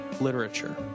literature